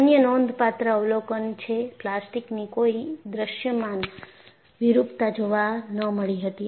અન્ય નોંધપાત્ર અવલોકન છે પ્લાસ્ટિકની કોઈ દૃશ્યમાન વિરૂપતા જોવા ન મળી હતી